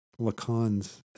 Lacan's